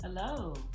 Hello